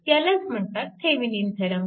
ह्यालाच म्हणतात Thevenin theorem